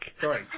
Sorry